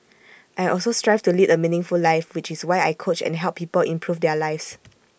I also strive to lead A meaningful life which is why I coach and help people improve their lives